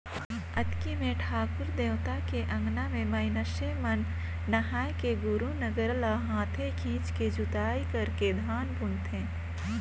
अक्ती मे ठाकुर देवता के अंगना में मइनसे मन नहायके गोरू नांगर ल हाथे खिंचके जोताई करके धान बुनथें